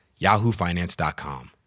yahoofinance.com